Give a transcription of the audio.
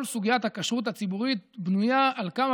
כל סוגיית הכשרות הציבורית בנויה על כמה